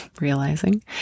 realizing